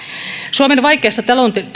suomen vaikeasta